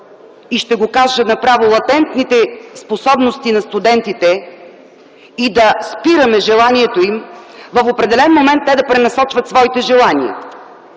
ще го кажа направо – латентните способности на студентите, да спираме желанието им в определен момент те да пренасочват своите желания?